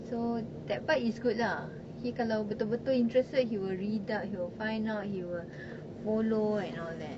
so that part is good lah he kalau betul-betul interested he will read up he will find out he will follow and all that